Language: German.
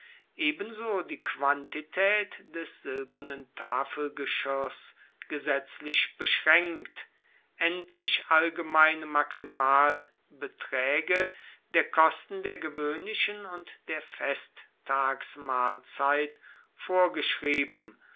ebenso die quantität des silbernen tafelgeschirrs gesetzlich beschränkt endlich allgemeine maximalbeträge der kosten der gewöhnlichen und der festtagsmahlzeit vorgeschrieben